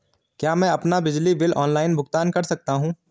क्या मैं अपना बिजली बिल ऑनलाइन भुगतान कर सकता हूँ?